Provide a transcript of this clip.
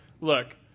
look